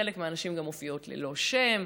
חלק מהנשים גם מופיעות ללא שם,